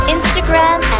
Instagram